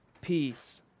peace